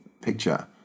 picture